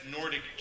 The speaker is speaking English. Nordic